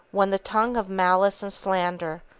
when the tongue of malice and slander,